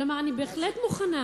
כלומר, אני בהחלט מוכנה,